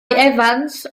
evans